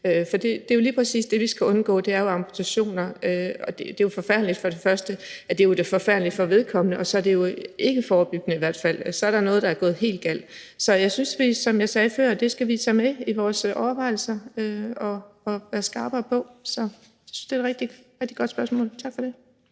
For det, vi lige præcis skal undgå, er jo amputationer, for det er jo forfærdeligt for vedkommende, og så er det jo i hvert fald ikke forebyggende, for så er der jo så noget, der er gået helt galt. Så jeg synes, at vi, som jeg sagde før, skal tage det med i vores overvejelser og være skarpere på. Jeg synes, det er et rigtig godt spørgsmål, så tak for det.